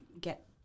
get